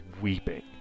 weeping